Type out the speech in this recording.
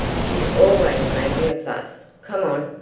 she's always making a fuss. come on!